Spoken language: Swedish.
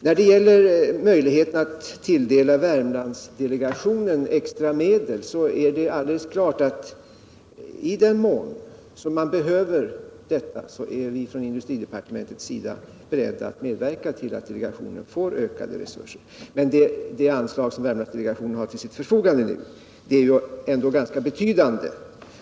När det gäller möjligheterna att tilldela Värmlandsdelegationen extra medel är det alldeles klart att i den mån som man behöver detta är vi från industridepartementets sida beredda medverka till att delegationen får ökade resurser. Men de anslag Värmlandsdelegationen har till sitt förfogande är ändå ganska betydande.